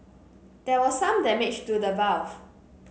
there was some damage to the valve